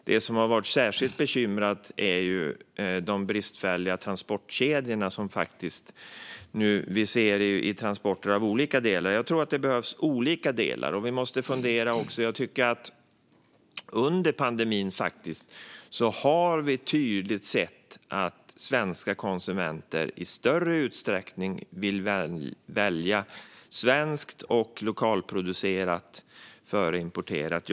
Det som har varit särskilt bekymmersamt är de bristfälliga transportkedjor vi nu ser i olika delar av transportsektorn. Jag tror att vi måste fundera på olika delar. Under pandemin har vi tydligt sett att svenska konsumenter i större utsträckning vill välja svenskt och lokalproducerat före importerat.